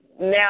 now